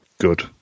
Good